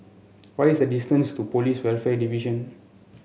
what is the distance to Police Welfare Division